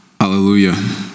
hallelujah